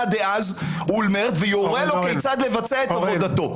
דאז אולמרט ויורה לו כיצד לבצע את עבודתו.